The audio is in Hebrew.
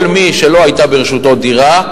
כל מי שלא היתה ברשותו דירה,